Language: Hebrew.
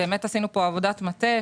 באמת עשינו פה עבודת מחקר,